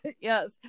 Yes